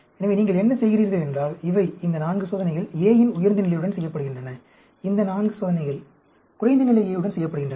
எனவே நீங்கள் என்ன செய்கிறீர்கள் என்றால் இவை இந்த 4 சோதனைகள் A இன் உயர்ந்த நிலையுடன் செய்யப்படுகின்றன இந்த 4 சோதனைகள் குறைந்த நிலை A உடன் செய்யப்படுகின்றன